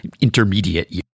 intermediate